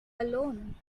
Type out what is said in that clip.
alone